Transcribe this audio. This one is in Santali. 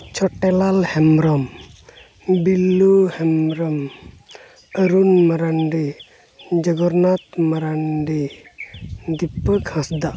ᱪᱷᱳᱴᱮᱞᱟᱞ ᱦᱮᱢᱵᱨᱚᱢ ᱵᱤᱞᱞᱩ ᱦᱮᱢᱵᱨᱚᱢ ᱚᱨᱩᱱ ᱢᱟᱨᱟᱱᱰᱤ ᱡᱚᱜᱚᱱᱱᱟᱛᱷ ᱢᱟᱨᱟᱱᱰᱤ ᱫᱤᱯᱚᱠ ᱦᱟᱸᱥᱫᱟ